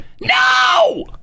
No